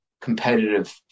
competitive